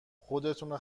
خودتونو